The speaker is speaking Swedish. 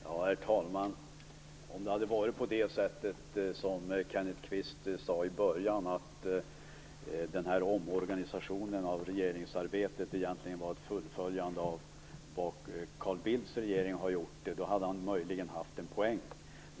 Herr talman! Om det hade varit på det sättet som Kenneth Kvist sade i början, att den här omorganisationen av regeringsarbetet egentligen är ett fullföljande av vad Carl Bildts regering gjorde, då hade han möjligen haft en poäng.